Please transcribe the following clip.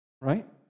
Right